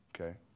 okay